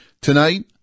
Tonight